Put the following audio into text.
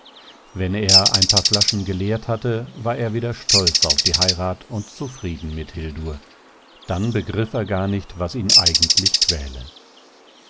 wenn er ein paar flaschen geleert hatte war er wieder stolz auf die heirat und zufrieden mit hildur dann begriff er gar nicht was ihn eigentlich quäle